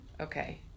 Okay